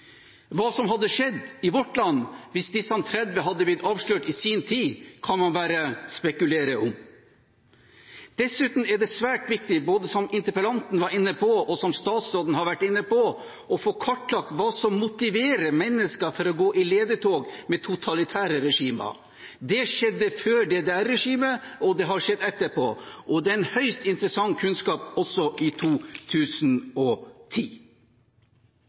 Hva som hadde skjedd i vårt land hvis disse 30 hadde blitt avslørt i sin tid, kan man bare spekulere på. Dessuten er det svært viktig, som både interpellanten og statsråden har vært inne på, å få kartlagt hva som motiverer mennesker til å gå i ledtog med totalitære regimer. Det skjedde før DDR-regimet, og det har skjedd etterpå, og det er en høyst interessant kunnskap også i